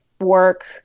work